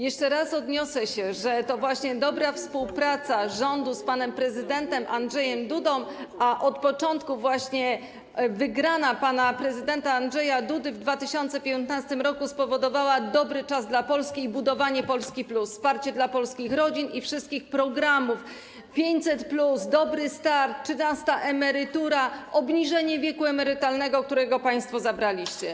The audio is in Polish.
Jeszcze raz odniosę się do tego, że to dobra współpraca rządu z panem prezydentem Andrzejem Dudą, a od początku wygrana pana prezydenta Andrzeja Dudy w 2015 r., spowodowała dobry czas dla Polski, budowanie Polski+, wsparcie dla polskich rodzin i wszystkich programów: 500+, „Dobry start”, trzynasta emerytura, obniżenie wieku emerytalnego, który państwo zabraliście.